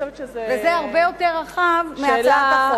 זה הרבה יותר רחב מהצעת החוק,